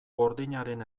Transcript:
gordinaren